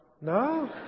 No